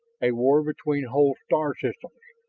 a war between whole star systems,